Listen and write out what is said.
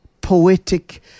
poetic